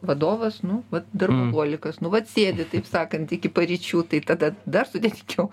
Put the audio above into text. vadovas nu vat darboholikas nu vat sėdi taip sakant iki paryčių tai tada dar sudėtingiau